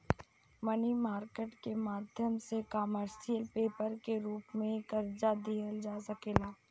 मनी market के माध्यम से कमर्शियल पेपर के रूप में कर्जा लिहल जा सकेला